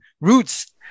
roots